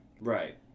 Right